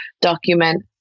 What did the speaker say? document